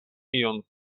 ion